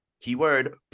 keyword